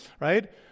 right